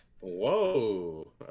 Whoa